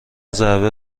ضربه